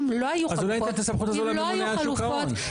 אם לא היו חלופות --- אז אולי ניתן את הסמכות הזו לממונה על שוק ההון.